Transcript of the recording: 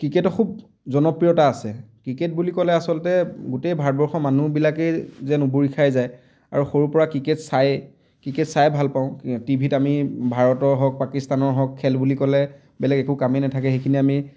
ক্ৰিকেটৰ খুব জনপ্ৰিয়তা আছে ক্ৰিকেট বুলি ক'লে আচলতে গোটেই ভাৰতবৰ্ষৰ মানুহবিলাকে যেন উবুৰি খাই যায় আৰু সৰুৰ পৰা ক্ৰিকেট চাই ক্ৰিকেট চাই ভাল পাওঁ টিভিত আমি ভাৰতৰ হওক পাকিস্তানৰ হওক খেল বুলি ক'লে বেলেগ একো কামেই নাথাকে সেইখিনি আমি